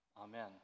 Amen